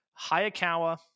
Hayakawa